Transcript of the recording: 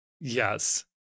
Yes